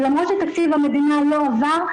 ולמרות שתקציב המדינה לא עבר,